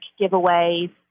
giveaways